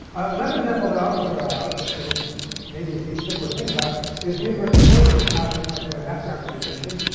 another example that i'll just throw out, which i think maybe is simple and think about is the universe is filled with this cosmic microwave background radiation.